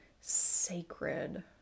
sacred